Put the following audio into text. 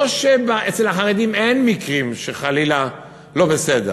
לא שאצל החרדים אין מקרים שהם חלילה לא בסדר.